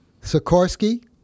Sikorsky